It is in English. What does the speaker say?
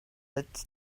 its